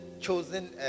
chosen